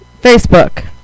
Facebook